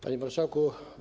Panie Marszałku!